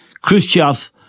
Khrushchev